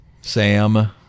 Sam